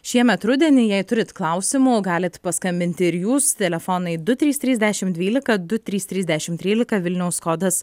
šiemet rudenį jei turit klausimų galit paskambint ir jūs telefonai du trys trys dešim dvylika du trys trys dešim trylika vilniaus kodas